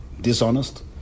dishonest